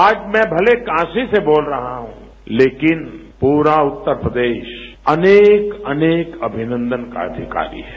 आज मैं भले ही काशी से बोल रहा हूं लेकिन पूरा उत्तर प्रदेश अनेक अनेक अभिनंदन का अधिकारी है